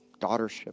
daughtership